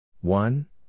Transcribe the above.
One